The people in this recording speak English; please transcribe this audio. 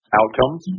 outcomes